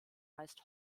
meist